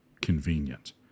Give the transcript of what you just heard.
convenient